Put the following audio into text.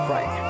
Right